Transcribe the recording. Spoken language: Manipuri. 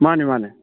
ꯃꯥꯅꯦ ꯃꯥꯅꯦ